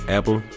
Apple